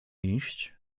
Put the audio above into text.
iść